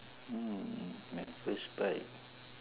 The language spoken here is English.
mm my first bike